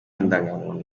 indangamuntu